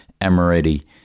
Emirati